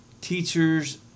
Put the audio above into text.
Teachers